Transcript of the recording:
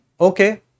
okay